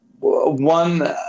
one